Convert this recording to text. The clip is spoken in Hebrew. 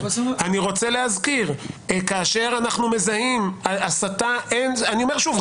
אני רוצה להזכיר: כאשר אנחנו מזהים הסתה ואני אומר שוב,